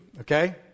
Okay